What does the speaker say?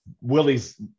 Willie's